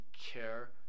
care